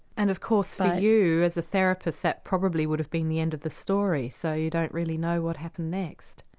and of course for you as a therapist that probably would have been the end of the story, so you don't really know what happened next.